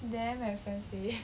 damn expensive